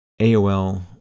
AOL